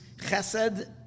Chesed